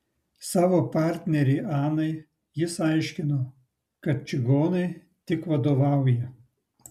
savo partnerei anai jis aiškino kad čigonai tik vadovauja